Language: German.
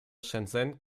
shenzhen